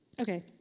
Okay